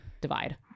divide